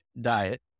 diet